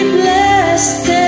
blessed